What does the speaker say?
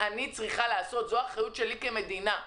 זו אחריותי כמדינה.